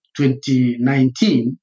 2019